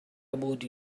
about